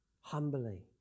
humbly